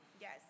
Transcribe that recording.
Yes